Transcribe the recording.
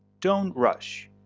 don't rush!